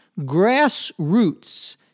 Grassroots